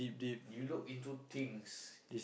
you look into things